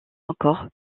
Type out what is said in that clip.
encore